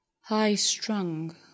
High-strung